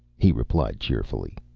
he replied cheerfully.